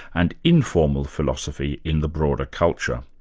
and informal philosophy in the broader culture.